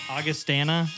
Augustana